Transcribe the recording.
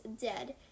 dead